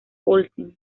olsen